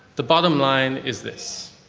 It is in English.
the bottom line is this.